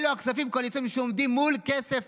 אלה כספים קואליציוניים שעומדים מול כסף